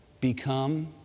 Become